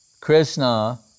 Krishna